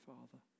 Father